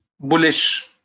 bullish